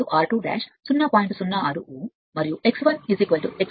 06 ohm మరియు x 1 x 2 0